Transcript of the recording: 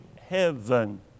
heaven